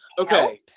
Okay